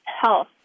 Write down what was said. health